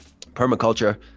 permaculture